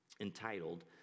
entitled